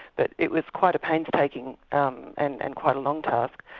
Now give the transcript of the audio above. but it was quite a painstaking um and and quite a long task.